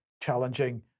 challenging